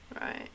right